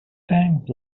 thanks